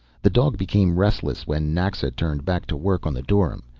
the dog became restless when naxa turned back to work on the dorym.